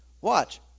Watch